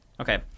Okay